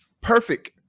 Perfect